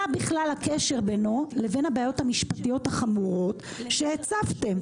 מה בכלל הקשר בינו לבין הבעיות המשפטיות החמורות שהצבתם?